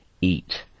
eat